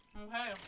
Okay